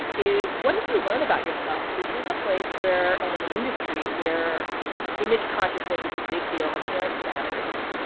is, what have you learned about yourself? this is a place where and an industry where image consciousness is a big deal. appearance matters.